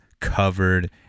covered